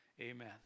amen